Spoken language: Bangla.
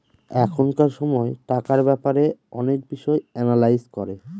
এখনকার সময় টাকার ব্যাপারে অনেক বিষয় এনালাইজ করে